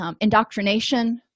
indoctrination